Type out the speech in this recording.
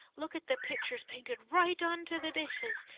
look at the pictures painted right on ter the dishes.